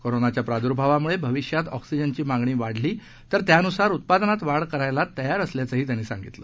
कोरोनाच्या प्राद्भावामुळे भविष्यात ऑक्सिजनची मागणी वाढली तर त्यानुसार उत्पादनात वाढ करायला तयार असल्याचंही त्यांनी सांगितलं